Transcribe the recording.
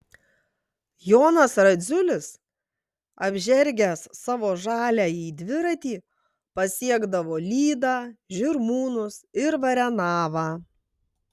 jonas radziulis apžergęs savo žaliąjį dviratį pasiekdavo lydą žirmūnus ir varenavą